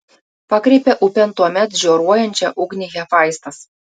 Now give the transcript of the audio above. pakreipė upėn tuomet žioruojančią ugnį hefaistas